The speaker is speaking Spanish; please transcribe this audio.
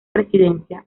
presidencia